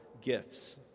gifts